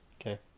Okay